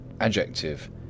adjective